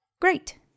Great